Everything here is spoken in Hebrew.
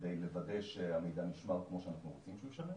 כדי לוודא שהמידע נשמר כמו שאנחנו רוצים שהוא יישמר,